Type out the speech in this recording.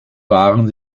waren